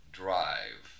drive